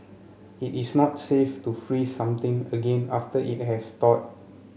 it is not safe to freeze something again after it has thawed